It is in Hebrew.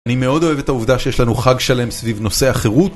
אני מאוד אוהב את העובדה שיש לנו חג שלם סביב נושא החירות.